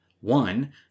One